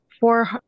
four